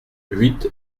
huit